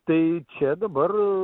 tai čia dabar